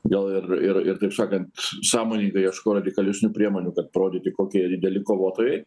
gal ir ir ir taip sakant sąmoningai ieško radikalesnių priemonių kad parodyti kokie dideli kovotojai